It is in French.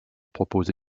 propose